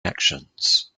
actions